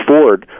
Ford